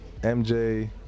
MJ